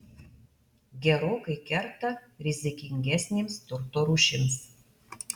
gerokai kerta rizikingesnėms turto rūšims